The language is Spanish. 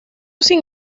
sin